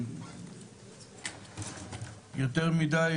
יותר מדי,